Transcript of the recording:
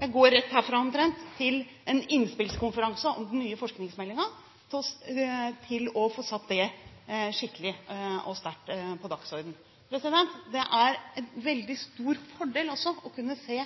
jeg går rett herfra, omtrent, til en innspillskonferanse om den nye forskningsmeldingen – til å få satt det skikkelig og sterkt på dagsordenen. Det er en veldig stor fordel også å kunne se